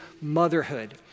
motherhood